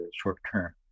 short-term